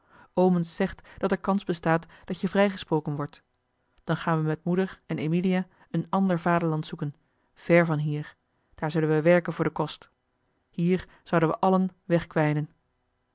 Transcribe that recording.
omens zegt dat er kans bestaat dat je vrijgesproken wordt dan gaan we met moeder en emilia een ander vaderland zoeken ver van hier daar zullen we werken voor den kost hier zouden we allen wegkwijnen